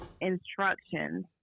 instructions